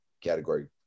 category